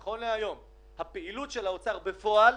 נכון להיום הפעילות של האוצר בפועל